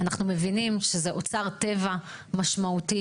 אנחנו מבינים שזה אוצר טבע משמעותי,